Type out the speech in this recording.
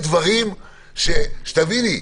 תביני,